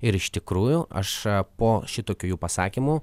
ir iš tikrųjų aš po šitokių jų pasakymų